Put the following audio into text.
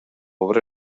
obra